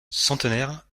centenaire